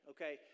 Okay